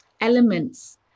elements